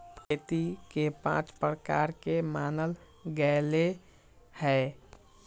खेती के पाँच प्रकार के मानल गैले है